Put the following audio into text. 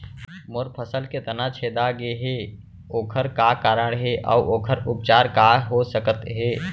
मोर फसल के तना छेदा गेहे ओखर का कारण हे अऊ ओखर उपचार का हो सकत हे?